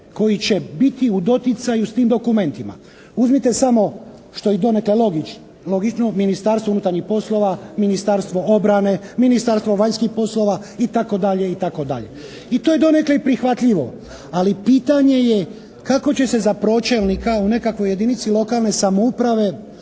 koji će biti u doticaju s tim dokumentima. Uzmite samo što je i donekle logično Ministarstvu unutarnjih poslova, Ministarstvo obrane, Ministarstvo vanjskih poslova itd. itd. i to je donekle i prihvatljivo. Ali pitanje je kako će se za pročelnika u nekakvoj jedinici lokalne samouprave